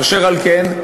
אשר על כן,